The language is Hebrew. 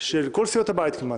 של כל סיעות הבית כמעט,